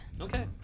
Okay